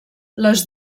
les